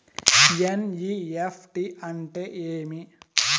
NEFT అంటే ఏమి